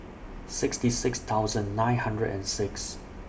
sixty six thousand nine hundred and six